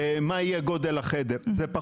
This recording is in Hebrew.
מה יהיה גודל החדר.